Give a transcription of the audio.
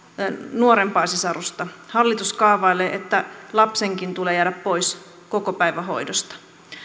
nuorempaa sisarusta hallitus kaavailee että lapsen tulee jäädä pois kokopäivähoidosta